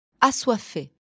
assoiffé